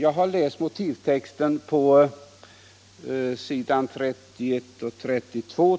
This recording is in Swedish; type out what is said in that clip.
Jag har läst motivtexten på ss. 31 och 32